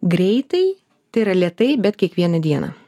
greitai tai yra lėtai bet kiekvieną dieną